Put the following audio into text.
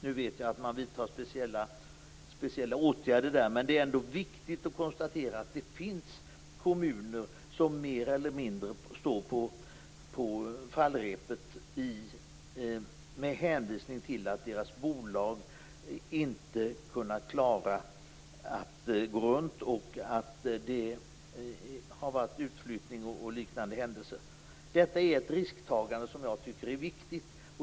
Nu vet jag att man vidtar speciella åtgärder där, men det är ändå viktigt att konstatera att det finns kommuner som mer eller mindre är på fallrepet med hänvisning till att deras bolag inte klarat att gå runt. Det har varit utflyttning och liknande händelser. Detta är ett risktagande som jag tycker är viktigt.